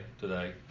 today